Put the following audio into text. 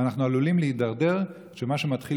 אנחנו עלולים להידרדר לכך שמה שמתחיל